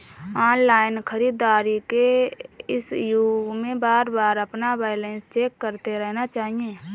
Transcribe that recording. online खरीदारी के इस युग में बारबार अपना बैलेंस चेक करते रहना चाहिए